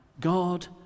God